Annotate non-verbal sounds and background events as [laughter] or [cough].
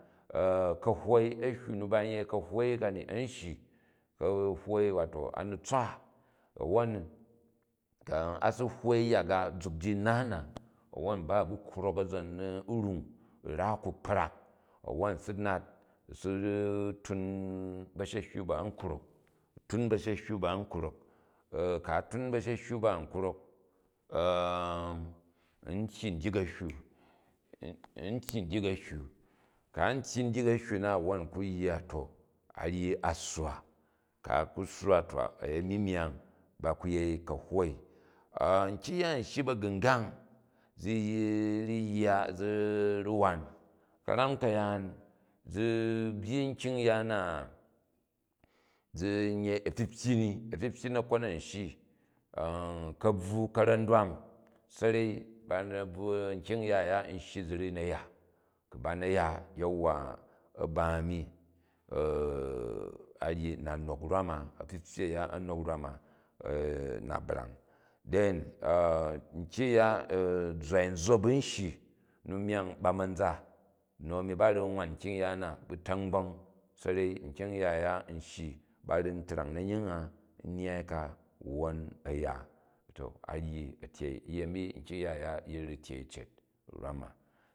[hesitation] kalwoi, ahywa nu ba n yei ka̱huwoi kam a̱n shyi ka̱hwoi wato a̱ ni tswa a̱wwon ku a si hwoi zak a, zuk ji u naau na awwoi u ba ubu krok u rung, u̱ ra ku kprank, a̱wwon u si nat, u̱ ra ku kprak, a̱wwon u si nat, u̱ tun ba̱sha̱ hiywi ba n krok, ku̱ a twa ba̱shu̱hyanba n krok [hesitation] n tyyi ndyik a̱hywu n tyyi ndyi a̱hwu. Ku an tyyi ndijik a̱hwu na wwon n ku yya to, a̱ ryi, a sswa. Ku a ku sswa ayemi myang ba ku yei kahwai. [hesitation] nkyang ya n shyi ba̱gu̱nga̱ng zi ru̱ yya, zi ru̱ wai karam kayaan zi byyi nkijang ya na zin yei apyipyyi ni, a̱pyi pyyi na̱kon an shyi, [hesitation] ka̱bvwu, ka̱ra̱n dwam sa̱ru ba na bvo, nkyang ya aya n shyi zi ru̱ na̱ ya kun ba na̱ ya yauwa, a̱ ba mi [hesitation] a vyi na nok rwama, apyi pyyi a̱ya a nok rwam a [hesitation] na breng than nkyamg-ya zzwai zzop u̱ shyi nu myang ba ma za, nu a̱mi ba ru̱ nnwan kyang-ya na, bu ta̱ng bong, sanrei, nkyang-ya aya n shyi ba ru̱ ntrang nanying a nnyyai ka wwon a̱ ya. To a ryi a̱ uyemi nkyang-ya a̱ya ru̱ tyer cet.